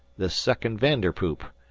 the suckin' vanderpoop,